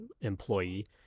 employee